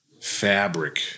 fabric